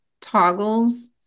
toggles